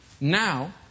now